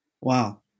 Wow